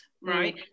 right